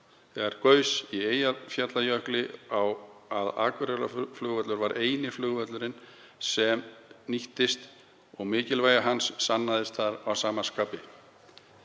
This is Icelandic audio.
þegar gaus í Eyjafjallajökli að Akureyrarflugvöllur var eini flugvöllurinn sem nýttist og mikilvægi hans sannaðist að sama skapi.